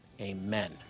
amen